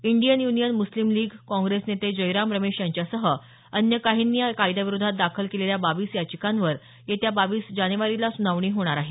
Indian Union Muslim League Congress नेते जयराम रमेश यांच्यासह अन्य काहींनी या कायद्याविरोधात दाखल केलेल्या बावीस याचिकांवर येत्या बावीस जानेवारीला सुनावणी होणार आहे